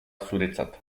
zuretzat